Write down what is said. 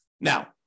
Now